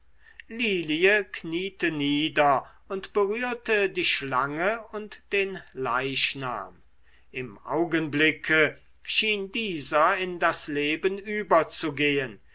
lilie kniete nieder und berührte die schlange und den leichnam im augenblicke schien dieser in das leben überzugehen